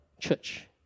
church